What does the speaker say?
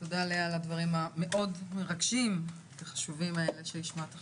תודה לאה על הדברים המאוד מרגשים וחשובים האלה שהשמעת עכשיו.